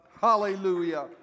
Hallelujah